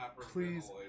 Please